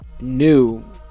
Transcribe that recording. new